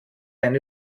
eine